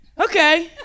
Okay